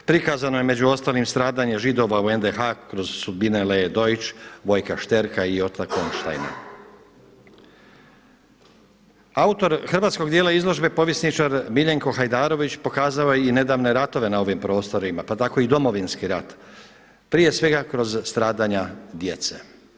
Prikazano je među ostalim stradanje Židova u NDH kroz sudbine Lee Deutsch, Vojka Šterka i Ota … Autor hrvatskog dijela izložbe povjesničar Miljenko Hajdarović pokazao je i nedavne ratove na ovim prostorima pa tako i Domovinski rat prije svega kroz stradanja djece.